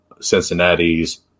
Cincinnati's